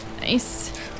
Nice